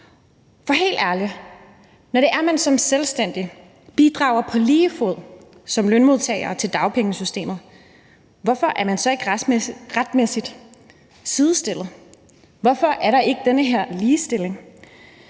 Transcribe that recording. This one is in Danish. for helt ærligt: Når man som selvstændig på lige fod med lønmodtagere bidrager til dagpengesystemet, hvorfor er man så ikke retmæssigt sidestillet? Hvorfor er der ikke den her ligestilling?